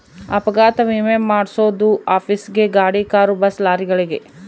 ಅಪಘಾತ ವಿಮೆ ಮಾದ್ಸೊದು ಆಫೀಸ್ ಗೇ ಗಾಡಿ ಕಾರು ಬಸ್ ಲಾರಿಗಳಿಗೆ